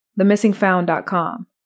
themissingfound.com